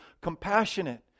compassionate